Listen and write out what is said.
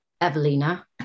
evelina